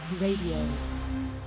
Radio